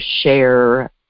share